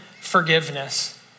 forgiveness